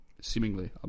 seemingly